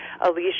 Alicia